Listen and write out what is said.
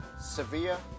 Sevilla